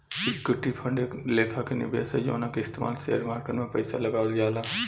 equity fund एक लेखा के निवेश ह जवना के इस्तमाल शेयर मार्केट में पइसा लगावल जाला